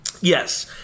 Yes